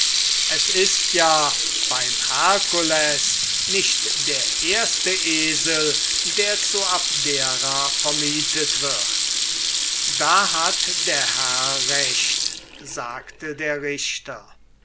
es ist ja beim herkules nicht der erste esel der zu abdera vermietet wird da hat der herr recht sagte der richter